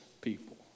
people